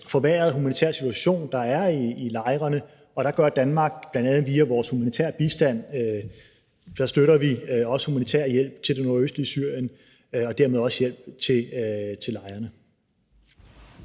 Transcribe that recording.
forværret humanitær situation, der er i lejrene, og der støtter Danmark, bl.a. via vores humanitære bistand til det nordøstlige Syrien, med hjælp til lejrene.